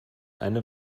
eine